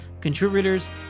contributors